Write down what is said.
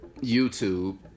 YouTube